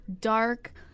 dark